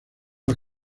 las